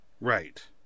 Right